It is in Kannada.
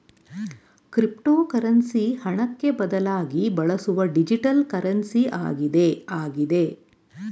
ಕ್ರಿಪ್ಟೋಕರೆನ್ಸಿ ಹಣಕ್ಕೆ ಬದಲಾಗಿ ಬಳಸುವ ಡಿಜಿಟಲ್ ಕರೆನ್ಸಿ ಆಗಿದೆ ಆಗಿದೆ